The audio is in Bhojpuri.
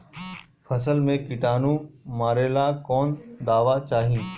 फसल में किटानु मारेला कौन दावा चाही?